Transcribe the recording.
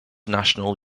national